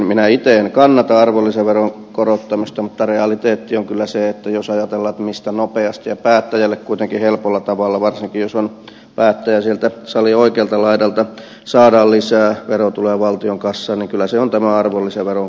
minä itse en kannata arvonlisäveron korottamista mutta realiteetti on kyllä se että jos ajatellaan mistä nopeasti ja päättäjälle kuitenkin helpolla tavalla varsinkin jos on päättäjä sieltä salin oikealta laidalta saadaan lisää verotuloja valtionkassaan niin kyllä vastaus on tämä arvonlisäveron korottaminen